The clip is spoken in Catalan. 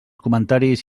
comentaris